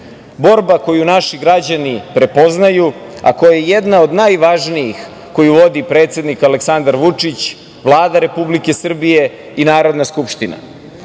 Borba koju naši građani prepoznaju, a koje je jedna od najvažnijih koju vodi predsednik Aleksandar Vučić, Vlada Republike Srbije i Narodna skupština. Pozivam